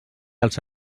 els